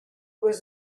was